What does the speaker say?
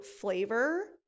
flavor